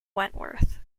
wentworth